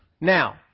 Now